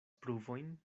pruvojn